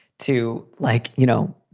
too. like, you know,